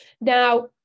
now